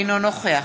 אינו נוכח